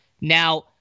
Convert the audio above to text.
Now